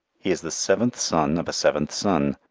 he is the seventh son of a seventh son,